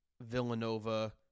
Villanova